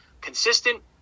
consistent